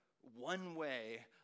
one-way